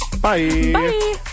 Bye